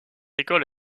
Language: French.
école